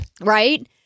right